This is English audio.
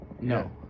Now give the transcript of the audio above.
No